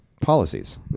policies